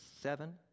seven